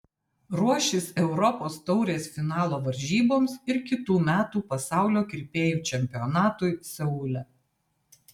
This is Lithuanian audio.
ruošis europos taurės finalo varžyboms ir kitų metų pasaulio kirpėjų čempionatui seule